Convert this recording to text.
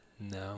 No